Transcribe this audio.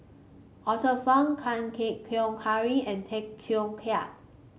Arthur Fong Chan Keng Howe Harry and Tay Teow Kiat